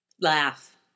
laugh